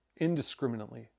indiscriminately